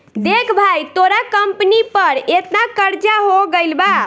देख भाई तोरा कंपनी पर एतना कर्जा हो गइल बा